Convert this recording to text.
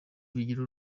bagira